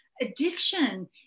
addiction